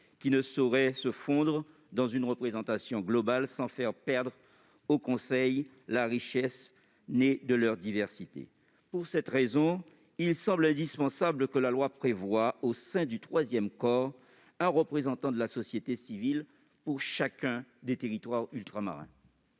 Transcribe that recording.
qui ne sauraient justifier une représentation globale sans faire perdre au Conseil la richesse née de leur diversité. Pour cette raison, il semble indispensable que le projet de loi prévoie, au sein du troisième pôle, un représentant de la société civile pour chacun des territoires ultramarins.